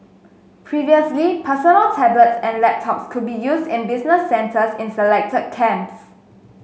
previously personal tablets and laptops could be used only in business centres in selected camps